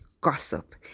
gossip